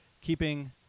keeping